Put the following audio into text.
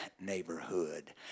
neighborhood